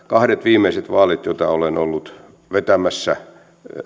kahdet viimeiset vaalit joita olen ollut vetämässä